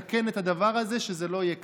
לתקן את הדבר הזה, שזה לא יהיה כך.